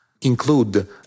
include